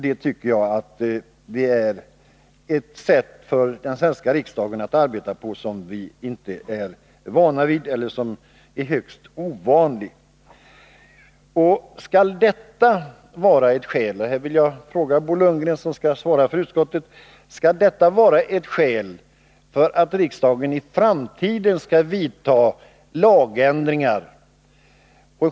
Det tycker jag är ett högst ovanligt sätt att arbeta på, ett sätt som vi i den svenska riksdagen inte är vana vid. Jag vill fråga Bo Lundgren, som skall svara för utskottet: Skall skäl som detta också i framtiden kunna åberopas för att riksdagen skall vidta lagändringar?